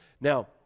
Now